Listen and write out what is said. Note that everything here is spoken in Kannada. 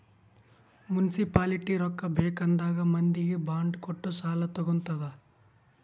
ಮುನ್ಸಿಪಾಲಿಟಿ ರೊಕ್ಕಾ ಬೇಕ್ ಆದಾಗ್ ಮಂದಿಗ್ ಬಾಂಡ್ ಕೊಟ್ಟು ಸಾಲಾ ತಗೊತ್ತುದ್